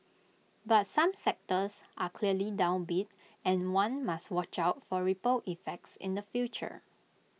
but some sectors are clearly downbeat and one must watch out for ripple effects in the future